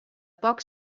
poc